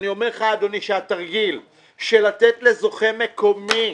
אני אומר לך, אדוני, שהתרגיל של לתת לזוכה מקומי,